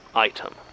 Item